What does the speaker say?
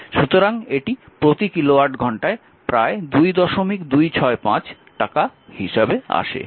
সুতরাং এটি প্রতি কিলোওয়াট ঘন্টায় প্রায় 2265 টাকা হিসাবে আসে